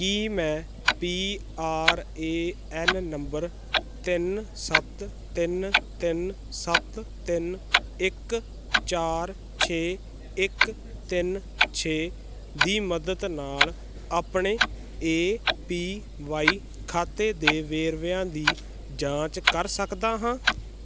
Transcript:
ਕੀ ਮੈਂ P R A N number ਤਿੰਨ ਸੱਤ ਤਿੰਨ ਤਿੰਨ ਸੱਤ ਤਿੰਨ ਇੱਕ ਚਾਰ ਛੇ ਇੱਕ ਤਿੰਨ ਛੇ ਦੀ ਮਦਦ ਨਾਲ ਆਪਣੇ ਏ ਪੀ ਵਾਈ ਖਾਤੇ ਦੇ ਵੇਰਵਿਆਂ ਦੀ ਜਾਂਚ ਕਰ ਸਕਦਾ ਹਾਂ